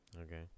Okay